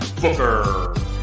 booker